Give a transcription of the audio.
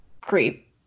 creep